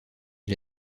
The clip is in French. est